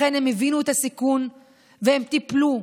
לכן הם הבינו את הסיכון והם טיפלו,